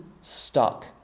stuck